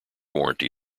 warranty